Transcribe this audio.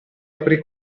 aprì